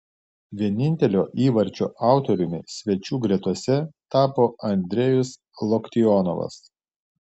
vienintelio įvarčio autoriumi svečių gretose tapo andrejus loktionovas